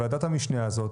ועדת המשנה הזאת,